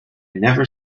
never